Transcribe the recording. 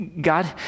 God